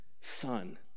son